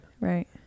Right